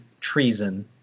treason